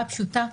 שמענו את זה פה.